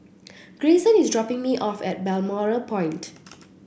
Grayson is dropping me off at Balmoral Point